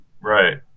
Right